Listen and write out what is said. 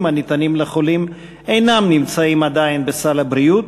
הניתנים לחולים אינם נמצאים עדיין בסל הבריאות